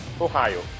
Ohio